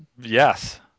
Yes